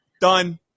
Done